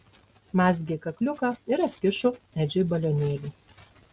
mazgė kakliuką ir atkišo edžiui balionėlį